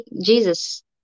Jesus